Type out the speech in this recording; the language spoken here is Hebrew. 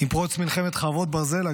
עם פרוץ מלחמת חרבות ברזל,